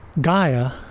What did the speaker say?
Gaia